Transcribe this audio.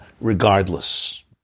regardless